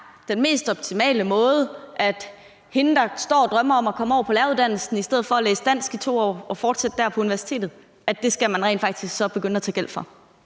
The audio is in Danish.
den mest optimale måde, at hende, der står og drømmer om at komme over på læreruddannelsen i stedet for at fortsætte med at læse dansk i 2 år på universitetet, så rent faktisk skal begynde at optage gæld for